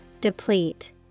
deplete